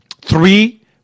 Three